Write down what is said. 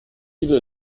viele